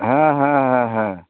হ্যাঁ হ্যাঁ হ্যাঁ হ্যাঁ